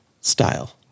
style